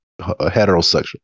heterosexual